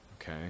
okay